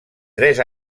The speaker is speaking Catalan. tres